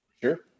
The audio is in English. Sure